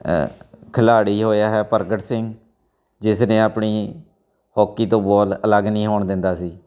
ਖਿਲਾੜੀ ਹੋਇਆ ਹੈ ਪ੍ਰਗਟ ਸਿੰਘ ਜਿਸ ਨੇ ਆਪਣੀ ਹੋਕੀ ਤੋਂ ਬੋਲ ਅਲੱਗ ਨਹੀਂ ਹੋਣ ਦਿੰਦਾ ਸੀ